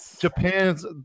Japan's